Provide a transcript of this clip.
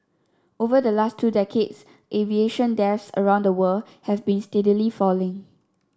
over the last two decades aviation deaths around the world have been steadily falling